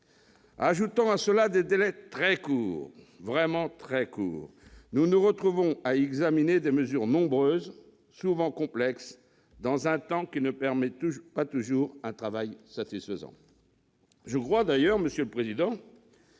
Ajoutons à cela des délais très courts, vraiment très courts, et nous nous retrouvons, dans ce cadre, à examiner des mesures nombreuses, souvent complexes, dans un temps qui ne permet pas toujours un travail satisfaisant. Je pense d'ailleurs, monsieur le président,